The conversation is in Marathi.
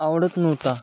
आवडत नव्हता